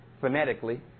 phonetically